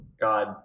god